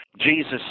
Jesus